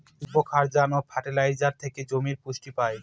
যবক্ষারজান ফার্টিলাইজার থেকে জমি পুষ্টি পায়